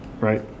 right